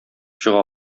чыга